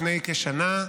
לפני כשנה,